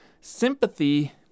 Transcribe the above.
Sympathy